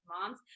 moms